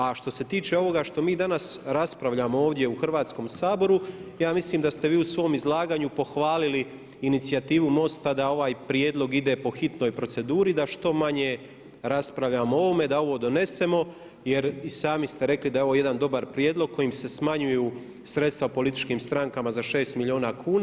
A što se tiče ovoga što mi danas raspravljamo ovdje u Hrvatskom saboru, ja mislim da ste vi u svom izlaganju pohvalili inicijativu MOST-a da ovaj prijedlog ide po hitnoj proceduri da što manje raspravljamo o ovome, da ovo donesemo jer i sami ste rekli da je ovo jedan dobar prijedlog kojim se smanjuju sredstva političkim strankama za 6 milijuna kuna.